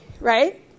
right